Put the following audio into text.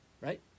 Right